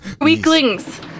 Weaklings